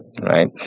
right